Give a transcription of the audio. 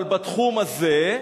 אבל בתחום הזה,